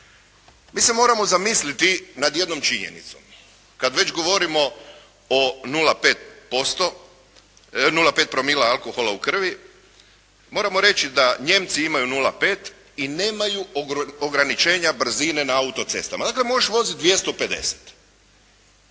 Mi se moramo zamisliti nad jednom činjenicom kad već govorimo o 0,5 promila alkohola u krvi moramo reći da Nijemci imaju 0,5 i nemaju ograničenja brzine na autocestama, dakle možeš voziti 250.